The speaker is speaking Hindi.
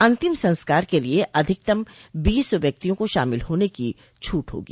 अंतिम संस्कार के लिये अधिकतम बीस व्यक्तियों को शामिल होने की छूट होगी